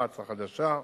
מע"צ החדשה.